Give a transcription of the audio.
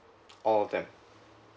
all of them